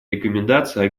рекомендации